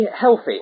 healthy